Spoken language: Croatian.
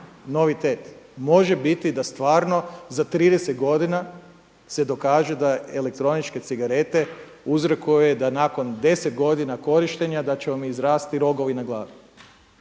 novitet. Može biti da stvarno za 30 godina se dokaže da elektroničke cigarete uzrokuje da nakon 10 godina korištenja da će vam izrasti rokovi na glavi.